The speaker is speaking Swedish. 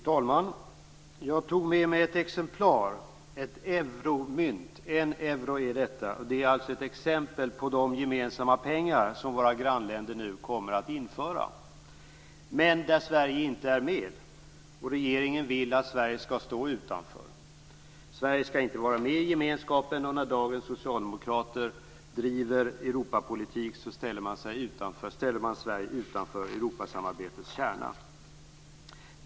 Fru talman! Jag tog med mig ett exemplar av ett euromynt. Detta är en euro. Det är ett exempel på de gemensamma pengar som våra grannländer nu kommer att införa. Sverige är inte med. Regeringen vill att Sverige skall stå utanför. Sverige skall inte vara med i gemenskapen. När dagens socialdemokrater driver Europapolitik ställer man Sverige utanför Europasamarbetets kärna.